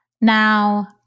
Now